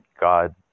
God